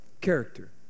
character